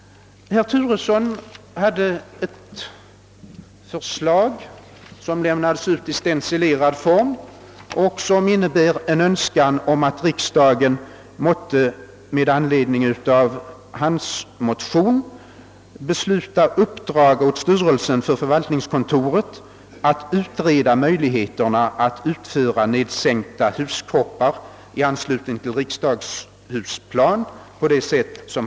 Herr Turesson har presenterat ett yrkande som lämnats ut i stencilerad form och som innebär en önskan att riksdagen med anledning av hans motion måtte besluta att uppdraga åt styrelsen för förvaltningskontoret att utreda möjligheterna att utföra nedsänkta huskroppar i anslutning till riksdagshusplanen.